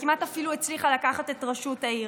וכמעט אפילו הצליחה לקחת את ראשות העיר.